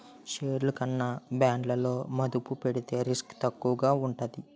షేర్లు కన్నా బాండ్లలో మదుపు పెడితే రిస్క్ తక్కువగా ఉంటాది